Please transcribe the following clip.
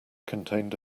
contained